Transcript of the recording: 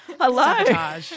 Hello